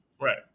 right